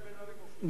גם ביקש?